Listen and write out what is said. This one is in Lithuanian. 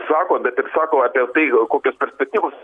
sako bet ir sako apie tai kokios perspektyvos